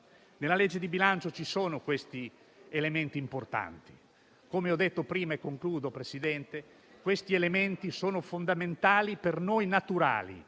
Nella legge di bilancio ci sono questi elementi importanti. Come ho detto prima - e concludo, signor Presidente - questi elementi sono fondamentali, per noi naturali,